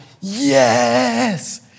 yes